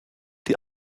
die